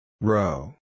Row